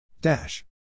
Dash